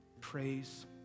Praise